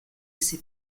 ses